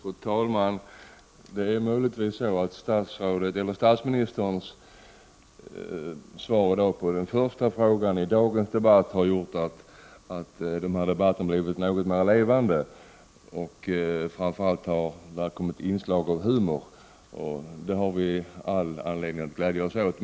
Fru talman! Är det möjligen så, att statsministerns svar på den första frågan i dagens frågedebatt har gjort den här debatten mera levande? Framför allt finns det nu inslag av humor i debatten, vilket vi har all anledning att glädja oss åt.